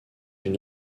une